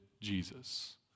Jesus